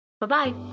Bye-bye